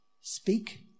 speak